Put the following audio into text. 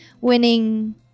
winning